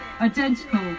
identical